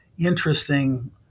interesting